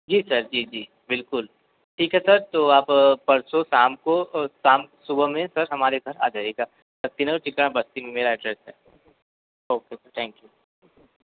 जी sir जी जी बिलकुल ठीक है सर तो आप परसों शाम को शाम सुबह में सर हमारे घर आ जायेगा बस्ती मेरा एड्रेस है ओके सर थैंक यू